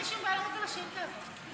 אין לי שום בעיה לענות על השאילתה הזאת.